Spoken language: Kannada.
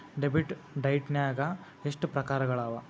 ಡೆಬಿಟ್ ಡೈಟ್ನ್ಯಾಗ್ ಎಷ್ಟ್ ಪ್ರಕಾರಗಳವ?